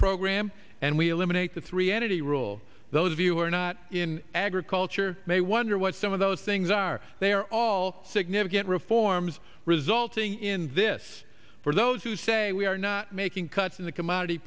program and we eliminate the three entity rule those of you who are not in agriculture may wonder what some of those things are they are all significant reforms resulting in this for those who say we are not making cuts in the commodity